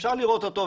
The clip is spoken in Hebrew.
אפשר לראות אותו.